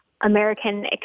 American